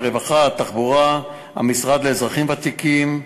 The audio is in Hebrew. הרווחה והתחבורה והמשרד לאזרחים ותיקים,